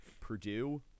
purdue